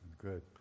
Good